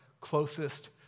closest